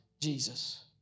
Jesus